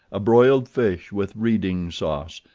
a broiled fish with reading sauce,